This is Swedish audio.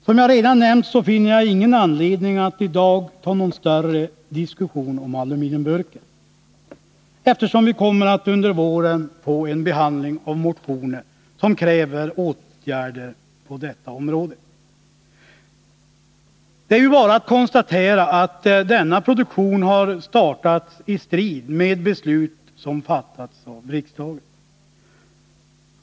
Som jag redan nämnt finner jag ingen anledning att i dag ta upp någon större diskussion om aluminiumburken, eftersom vi under våren kommer att få en behandling av motioner som kräver åtgärder på detta område. Det är bara att konstatera att denna produktion har startats i strid med beslut som fattats av riksdagen.